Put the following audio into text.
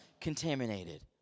contaminated